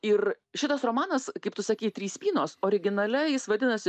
ir šitas romanas kaip tu sakei trys spynos originale jis vadinasi